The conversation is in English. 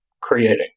creating